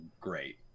great